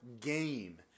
game